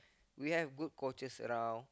we have good coaches around